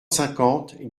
cinquante